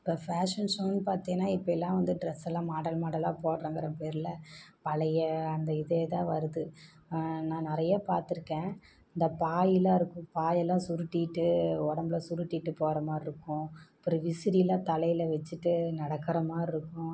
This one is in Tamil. இப்போ ஃபேஷன் ஷோனு பார்த்தீனா இப்போ எல்லாம் வந்து ட்ரெஷெல்லாம் மாடல் மாடலாக போடுகிறோம்ங்குற பேரில் பழைய அந்த இதே தான் வருது நான் நிறையா பார்த்துருக்கேன் இந்த பாயெலாம் இருக்கும் பாயெல்லாம் சுருட்டிகிட்டு உடம்புல சுருட்டிகிட்டு போகிற மாதிரி இருக்கும் அப்புறம் விசிறிலாம் தலையில் வச்சிகிட்டு நடக்கிற மாதிரி இருக்கும்